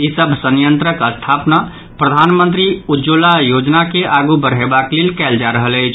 ई सभ संयंत्रक स्थापना प्रधानमंत्री उज्ज्वला योजना के आगू बढ़यबाक लेल कयल जा रहल अछि